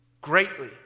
greatly